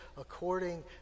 according